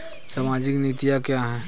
सामाजिक नीतियाँ क्या हैं?